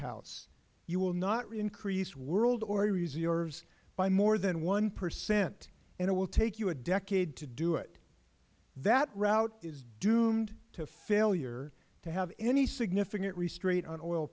house you will not increase world oil reserves by more than one percent and it will take you a decade to do it that route is doomed to failure to have any significant restraint on oil